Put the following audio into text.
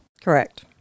Correct